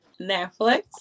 Netflix